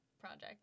project